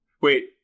wait